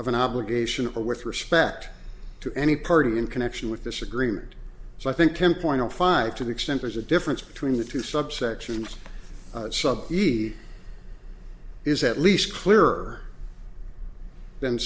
of an obligation or with respect to any party in connection with this agreement so i think him point zero five to the extent there's a difference between the two subsection sub he is at least clearer than